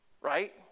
right